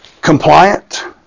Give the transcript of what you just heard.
compliant